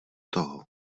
toho